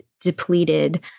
depleted